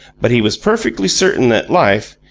but he was perfectly certain that life,